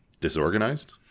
disorganized